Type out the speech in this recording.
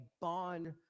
bond